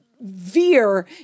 veer